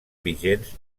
vigents